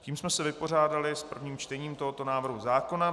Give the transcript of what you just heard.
Tím jsme se vypořádali s prvním čtením tohoto návrhu zákona.